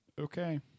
Okay